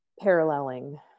paralleling